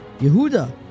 Yehuda